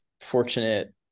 fortunate